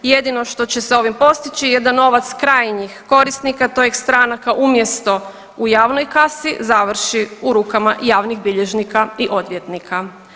Jedino što će se ovim postići je da novac krajnjih korisnika tj. stranaka umjesto u javnoj kasi završi u rukama javnih bilježnika i odvjetnika.